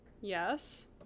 Yes